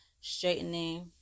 straightening